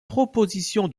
proposition